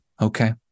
Okay